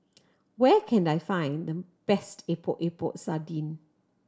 where can I find the best Epok Epok Sardin